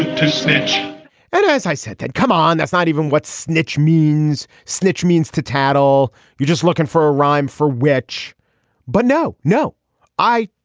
to snitch and as i said said come on. that's not even what snitch means snitch means to tattle you're just looking for a rhyme for which but no no i.